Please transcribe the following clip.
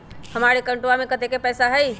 हमार अकाउंटवा में कतेइक पैसा हई?